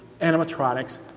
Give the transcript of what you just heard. animatronics